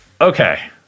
okay